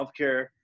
healthcare